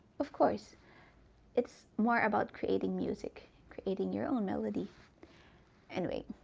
of course it's more about creating music creating your own melody anyway